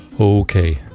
Okay